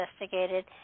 investigated